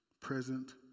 present